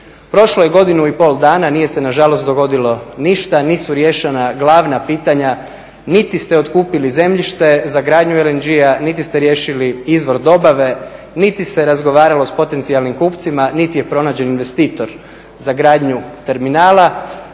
Prošlo je godinu i pol dana nije se, nažalost, dogodilo ništa. Nisu riješena glavna pitanja, niti ste otkupili zemljište za gradnju LNG-a, niti ste riješili izvor dobave, niti se razgovaralo s potencijalnim kupcima, niti je pronađen investitor za gradnju terminala.